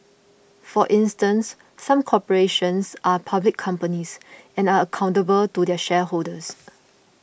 for instance some corporations are public companies and are accountable to their shareholders